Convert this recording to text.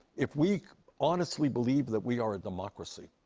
if we honestly believe that we are a democracy,